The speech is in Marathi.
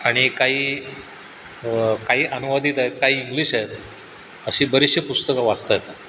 आणि काही काही अनुवादित आहेत काही इंग्लिश आहेत अशी बरीचशी पुस्तकं वाचता येतात